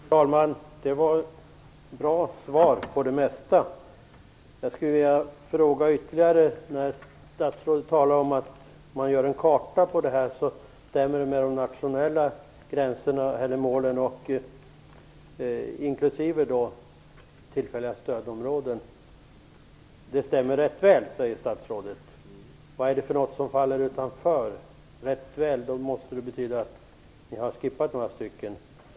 Fru talman! Det lämnades bra svar på det mesta. Jag skulle vilja ställa ett par ytterligare frågor. Statsrådet säger att en karta över EU-stödområdena stämmer rätt väl med de nationella stödområdena, inklusive de tillfälliga stödområdena. Vad är det som faller utanför den ramen? Om kartorna stämmer rätt väl överens, måste det ändå betyda att några sådana områden har "skippats".